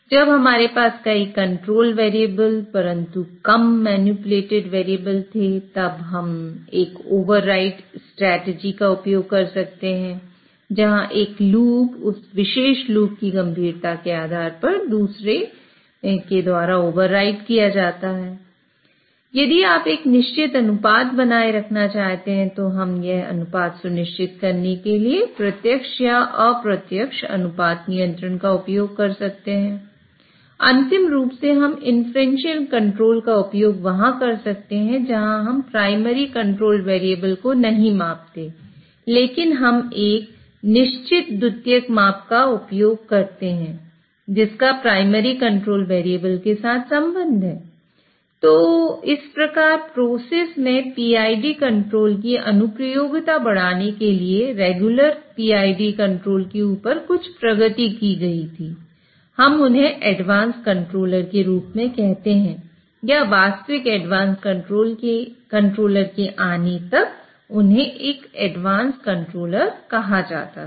अंतिम रूप से हम इन्फ्रेंशियल कंट्रोल कहा जाता था